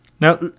Now